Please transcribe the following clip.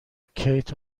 کیت